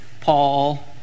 Paul